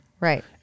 Right